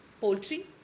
poultry